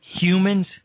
humans